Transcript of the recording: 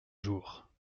jours